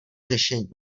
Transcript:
řešení